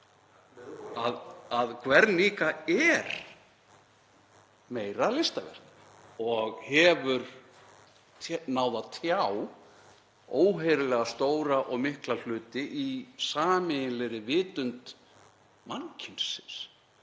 að Guernica er meira listaverk og hefur náð að tjá óheyrilega stóra og mikla hluti í sameiginlegri vitund mannkynsins.